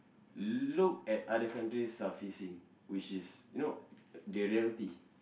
look at other countries are facing which is you know the reality